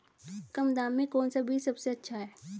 कम दाम में कौन सा बीज सबसे अच्छा है?